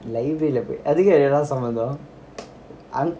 library போயாஅதுக்கும்இதுக்கும்என்னடாசம்மந்தம்:adhukkum idhukkum ennada sammantham